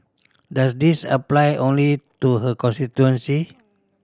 does this apply only to her constituency